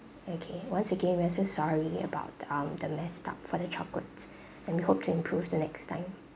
okay once again we are sorry about the um the mess up for the chocolates and we hope to improve the next time